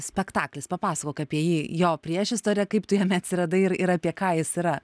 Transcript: spektaklis papasakok apie jį jo priešistorę kaip tu jame atsiradai ir ir apie ką jis yra